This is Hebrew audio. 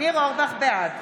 בעד